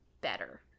better